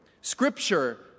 Scripture